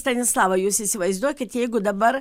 stanislava jūs įsivaizduokit jeigu dabar